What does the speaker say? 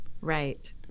Right